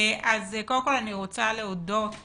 קודם כל אני רוצה להודות